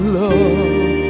love